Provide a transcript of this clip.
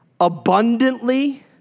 abundantly